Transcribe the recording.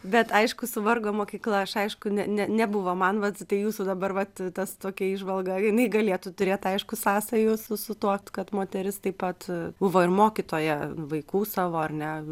bet aišku su vargo mokykla aš aišku ne ne nebuvo man vat tai jūsų dabar vat tas tokia įžvalga jinai galėtų turėt aišku sąsajų su su tuo kad moteris taip pat buvo ir mokytoja vaikų savo ar ne